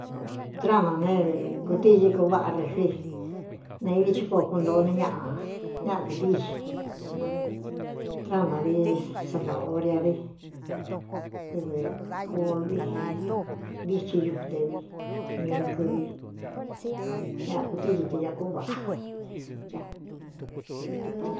Tráꞌánā ne kūtíxi kuváꞌā refri ne idi chí koo kuntoo iní ñaꞌa ñaꞌa kūtíxi tráꞌánā vi sanaoria vi dɨvɨ kolvi ntíchi ñute vi ñɨɨn kɨvi ñaꞌa kūtíxi te ña kúvaꞌa ca.